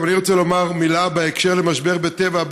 גם אני רוצה לומר מילה בקשר למשבר בטבע,